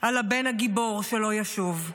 על הבן הגיבור שלא ישוב,